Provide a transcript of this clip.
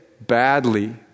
badly